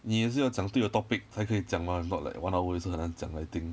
你也是要对的 topic 才可以讲 mah if not like one hour 就是很难讲 I think